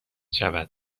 شود